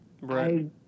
Right